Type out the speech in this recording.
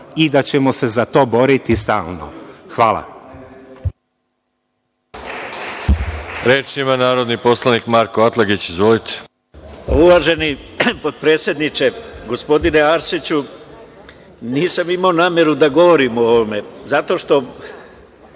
i da ćemo se za to boriti stalno. Hvala.